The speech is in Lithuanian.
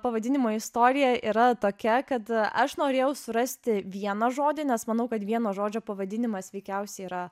pavadinimo istorija yra tokia kad aš norėjau surasti vieną žodį nes manau kad vieno žodžio pavadinimas veikiausiai yra